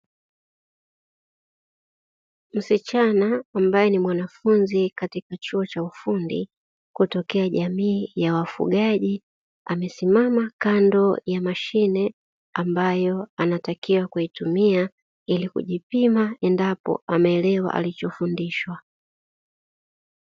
Msichana ambae ni mwanafunzi katika chuo cha ufundi kutokea jamii ya wafugaji, amesimama kando ya mashine ambayo anatakiwa kuitumia ili kujipima endapo ameelewa alichofundishwa.